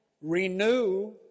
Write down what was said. renew